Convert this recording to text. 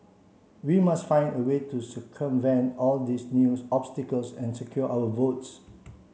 we must find a way to circumvent all these new obstacles and secure our votes